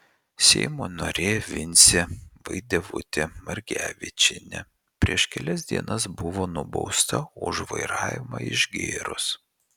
seimo narė vincė vaidevutė margevičienė prieš kelias dienas buvo nubausta už vairavimą išgėrus